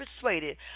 persuaded